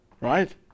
Right